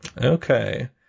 Okay